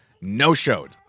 no-showed